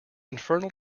infernal